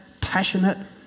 passionate